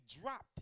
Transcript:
dropped